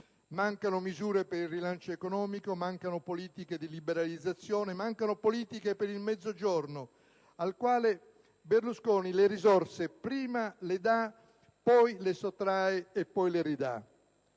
mancano misure per il rilancio economico, mancano politiche di liberalizzazione, mancano politiche per il Mezzogiorno, al quale Berlusconi le risorse prima le dà, poi le sottrae, poi le ridà.